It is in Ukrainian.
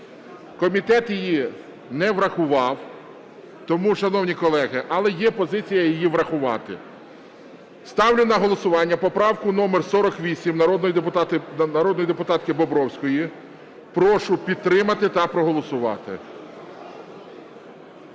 Комітет її не врахував. Тому шановні колеги, але є позиція врахувати. Ставлю на голосування поправку номер 48 народної депутатки Бобровської. Прошу підтримати та проголосувати.